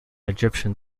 egyptian